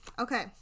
okay